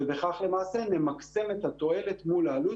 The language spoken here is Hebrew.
ובכך למעשה נמקסם את התועלות מול העלות,